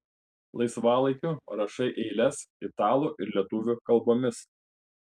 laisvalaikiu rašai eiles italų ir lietuvių kalbomis